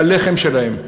הלחם שלהן.